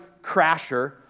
crasher